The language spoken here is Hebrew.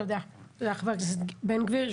תודה, חבר הכנסת בן גביר.